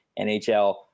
NHL